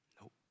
Nope